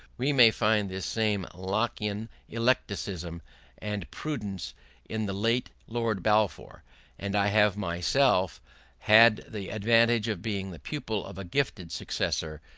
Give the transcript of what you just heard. we may find this same lockian eclecticism and prudence in the late lord balfour and i have myself had the advantage of being the pupil of a gifted successor